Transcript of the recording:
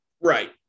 Right